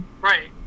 Right